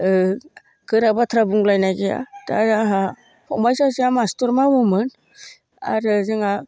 ओ गोरा बाथ्रा बुंलायनाय गैया दा आहा फंबाइ सासेया मास्टार मावोमोन आरो जोंहा